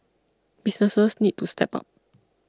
businesses need to step up